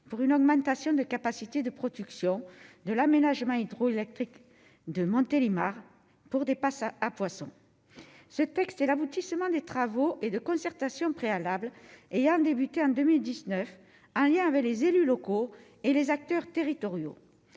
pour une augmentation des capacités de production de l'aménagement hydroélectrique de Montélimar pour dépassa à poissons, ce texte est l'aboutissement des travaux et de concertations préalables et il y a débuté en 2019 à rien avec les élus locaux et les acteurs territoriaux